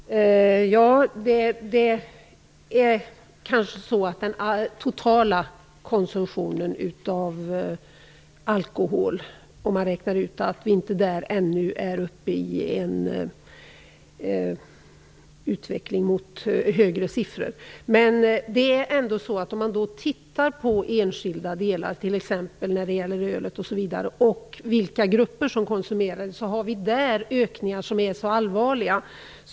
Fru talman! Det är kanske så att den totala konsumtionen av alkohol inte visar på en utveckling mot högre siffror. Men om man ser på sådana enskilda delar som t.ex. ölet och på vilka grupper som konsumerar öl finner man en ökning som är allvarlig.